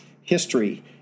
history